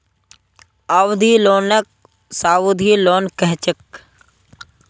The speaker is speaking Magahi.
अवधि लोनक सावधि लोन कह छेक